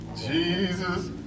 Jesus